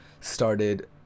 started